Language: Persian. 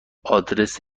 آدرس